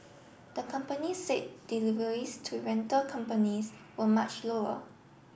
the company said deliveries to rental companies were much lower